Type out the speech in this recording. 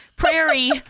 Prairie